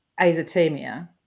azotemia